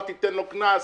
אל תיתן לו קנס,